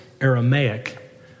Aramaic